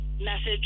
message